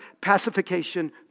pacification